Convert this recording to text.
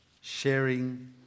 sharing